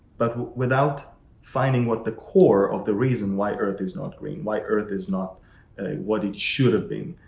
but without finding what the core of the reason why earth is not green, why earth is not what it should have been.